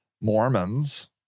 Mormons